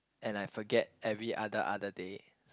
and I forget every other other day